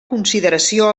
consideració